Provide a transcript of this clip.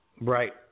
Right